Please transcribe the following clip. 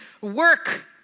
work